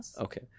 Okay